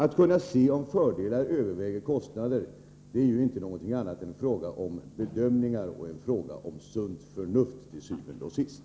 Att kunna se om fördelarna överväger kostnaderna är ju inte fråga om 31 någonting annat än att kunna göra bedömningar och til syvende og sidst använda sunt förnuft.